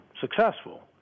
successful